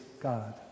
God